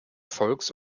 volks